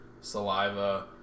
saliva